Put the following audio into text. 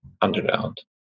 underground